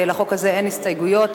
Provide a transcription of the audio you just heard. לחוק הזה אין הסתייגויות,